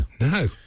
No